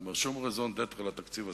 כלומר, שום raison d’être לתקציב הזה.